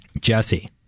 Jesse